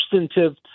substantive